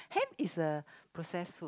ham is a process food